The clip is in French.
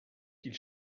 qu’il